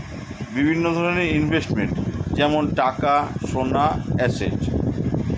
বিভিন্ন ধরনের ইনভেস্টমেন্ট যেমন টাকা, সোনা, অ্যাসেট